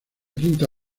quinta